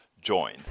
join